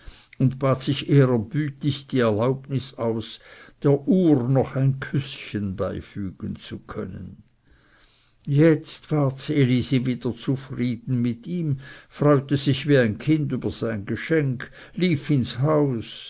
und bat sich ehrerbietig die erlaubnis aus der uhr noch ein küßchen beifügen zu können jetzt war ds elisi wieder zufrieden mit ihm freute sich wie ein kind über sein geschenk lief ins haus